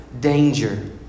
danger